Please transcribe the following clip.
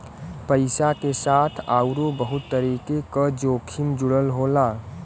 पइसा के साथ आउरो बहुत तरीके क जोखिम जुड़ल होला